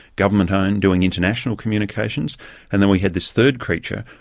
government-owned, doing international communications and then we had this third creature,